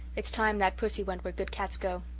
it's time that pussy went where good cats go.